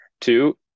Two